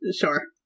Sure